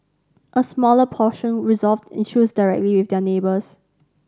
a smaller proportion resolved issues directly with their neighbours